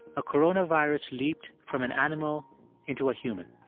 a coronavirus leaped from an animal into a human.